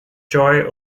joy